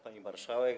Pani Marszałek!